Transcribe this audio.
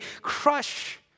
crush